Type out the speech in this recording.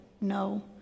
no